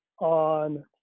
on